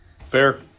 Fair